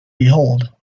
behold